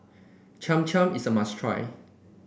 Cham Cham is a must try